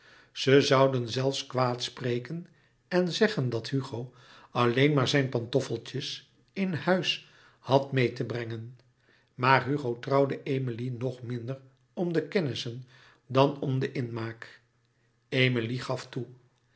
ze zouden zelfs louis couperus metamorfoze kwaadspreken en zeggen dat hugo alleen maar zijn pantoffeltjes in huis had meê te brengen maar hugo trouwde emilie nog minder om de kennissen dan om den inmaak emilie gaf toe